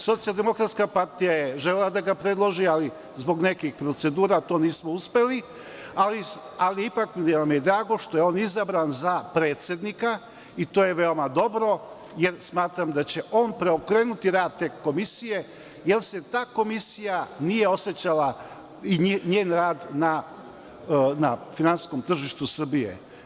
Socijaldemokratska partija je želela da ga predloži, ali zbog nekih procedura to nismo uspeli, ali ipak nam je drago što je on izabran za predsednika i to je veoma dobro, jer smatram da će on preokrenuti rad te Komisije, jer se ta Komisija nije osećala i njen rad na finansijskom tržištu Srbije.